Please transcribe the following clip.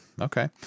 Okay